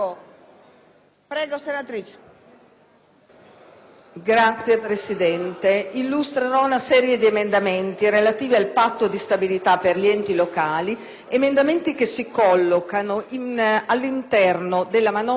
Signora Presidente, illustrerò una serie di emendamenti relativi al Patto di stabilità per gli enti locali. Questi emendamenti si collocano all'interno della manovra espansiva, proposta dal Partito Democratico, che